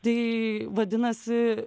tai vadinasi